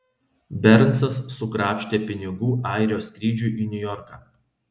bernsas sukrapštė pinigų airio skrydžiui į niujorką